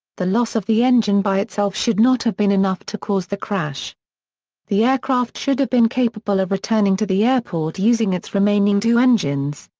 the loss of the engine by itself should not have been enough to cause the crash the aircraft should have been capable of returning to the airport using its remaining two engines.